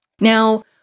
now